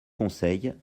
conseil